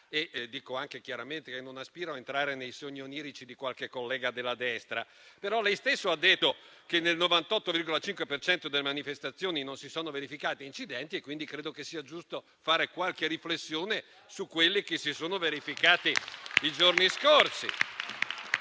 e dico anche chiaramente che non aspiro a entrare nei sogni di qualche collega della destra. Lei stesso ha detto che nel 98,5 per cento delle manifestazioni non si sono verificati incidenti e quindi credo che sia giusto fare qualche riflessione su quelli che si sono verificati nei giorni scorsi.